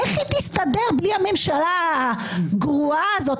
איך היא תסתדר בלי הממשלה הגרועה הזאת,